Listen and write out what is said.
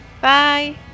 Bye